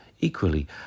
Equally